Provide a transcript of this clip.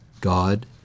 God